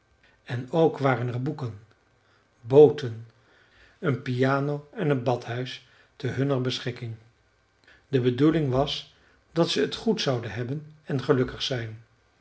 en ook waren er boeken booten een piano en een badhuis te hunner beschikking de bedoeling was dat ze het goed zouden hebben en gelukkig zijn